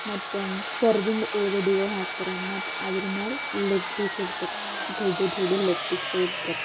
ಮತ್ತು ಕರ್ದಿಂದು ಉಳ್ಳಗಡ್ಡಿಗಳು ಹಾಕ್ತಾರ ಮತ್ತು ಅದ್ರ ಮ್ಯಾಲ ಲೆಗ್ ಪೀಸಿಡ್ತರ ದೊಡ್ದ ದೊಡ್ದ ಲೆಗ್ ಪೀಸುಗಳಿಡ್ತರ